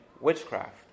witchcraft